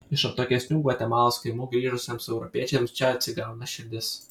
iš atokesnių gvatemalos kaimų grįžusiems europiečiams čia atsigauna širdis